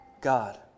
God